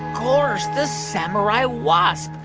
course. the samurai wasp.